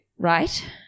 Right